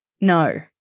No